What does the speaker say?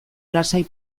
lasai